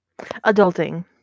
Adulting